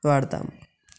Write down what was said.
వాడతాం